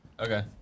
Okay